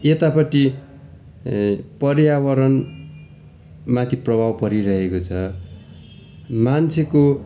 यतापट्टि ए पर्यावरणमाथि प्रभाव परिरहेको छ मान्छेको